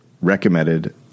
recommended